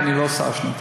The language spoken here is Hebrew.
כי אני לא שר שנתיים.